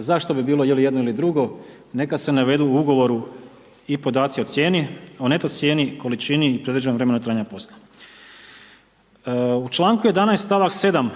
Zašto bi bilo ili jedno ili drugo. Neka se navedu u ugovoru i podaci o cijeni, o neto cijeni, količini i predviđenom vremenu trajanja posla. U članku 11. stavak 7.